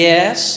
Yes